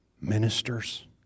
ministers